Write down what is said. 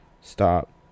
Stop